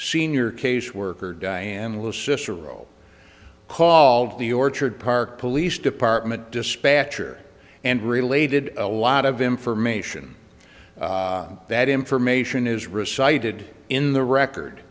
senior caseworker diane was cicero call the orchard park police department dispatcher and related a lot of information that information is recited in the record